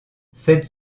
cette